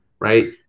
right